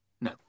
No